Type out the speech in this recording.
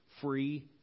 free